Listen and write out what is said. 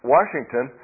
Washington